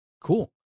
Cool